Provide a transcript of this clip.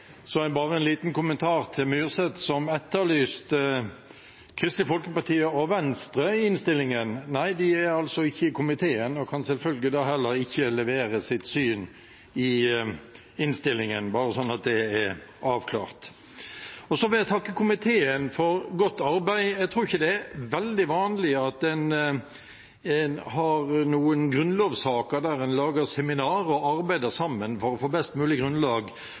Bare en liten kommentar til Myrseth, som etterlyste Kristelig Folkeparti og Venstre i innstillingen. Nei, de er ikke i komiteen og kan selvfølgelig da heller ikke levere sitt syn i innstillingen, bare slik at det er avklart. Jeg vil takke komiteen for godt arbeid. Jeg tror ikke det er veldig vanlig at en har grunnlovssaker der en lager seminar og arbeider sammen for å få best mulig grunnlag